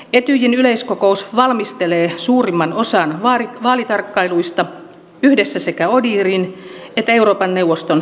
etyjin yleiskokous valmistelee suurimman osan vaalitarkkailuista yhdessä sekä odihrin että euroopan neuvoston yleiskokouksen kanssa